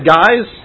guys